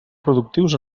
productius